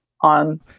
on